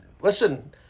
listen